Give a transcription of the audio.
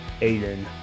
Aiden